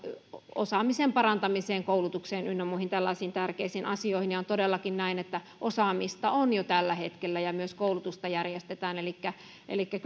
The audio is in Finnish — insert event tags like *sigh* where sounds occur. osaamisen parantamiseen koulutukseen ynnä muihin tällaisiin tärkeisiin asioihin on todellakin näin että osaamista on jo tällä hetkellä ja myös koulutusta järjestetään elikkä elikkä *unintelligible*